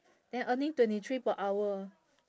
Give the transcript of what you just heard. then earning twenty three per hour